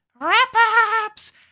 Wrap-ups